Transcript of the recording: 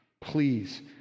Please